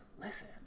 listen